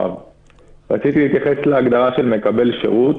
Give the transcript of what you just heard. רציתי להתייחס להגדרה של מקבל שירות.